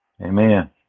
Amen